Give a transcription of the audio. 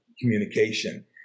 communication